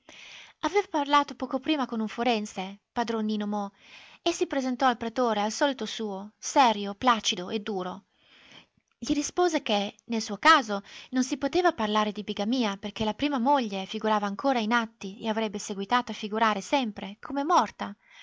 aveva parlato poco prima con un forense padron nino mo e si presentò al pretore al solito suo serio placido e duro gli rispose che nel suo caso non si poteva parlare di bigamia perché la prima moglie figurava ancora in atti e avrebbe seguitato a figurare sempre come morta